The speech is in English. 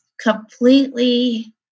completely